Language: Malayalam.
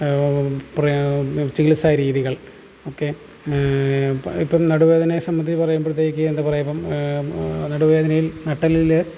പ്രയാസ ചികിത്സാരീതികൾ ഒക്കെ ഇപ്പം ഇപ്പം നടുവേദനയെ സംബന്ധിച്ച് പറയുമ്പോഴത്തേക്കും എന്ന് പറയുമ്പം നടുവേദനയിൽ നട്ടെല്ലിൽ